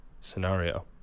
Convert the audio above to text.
scenario